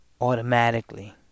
Automatically